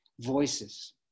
voices